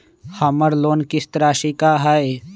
हमर लोन किस्त राशि का हई?